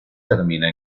termina